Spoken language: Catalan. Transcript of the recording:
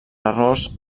errors